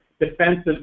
defensive